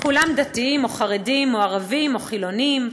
כולם דתיים או חרדים או ערבים או חילונים,